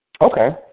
Okay